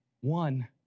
one